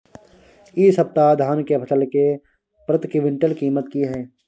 इ सप्ताह धान के फसल के प्रति क्विंटल कीमत की हय?